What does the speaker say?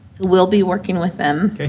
we'll be working with them. okay.